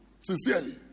Sincerely